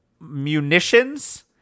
munitions